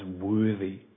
worthy